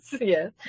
yes